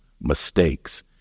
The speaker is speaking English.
mistakes